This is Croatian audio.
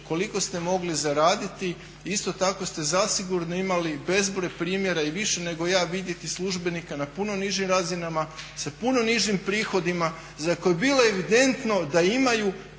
koliko ste mogli zaraditi i isto tako ste zasigurno imali bezbroj primjera i više nego ja vidjeti službenika na puno nižim razinama sa puno nižim prihodima za koje je bilo evidentno da imaju